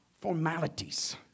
formalities